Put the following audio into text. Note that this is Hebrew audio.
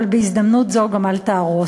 אבל בהזדמנות זו גם אל תהרוס.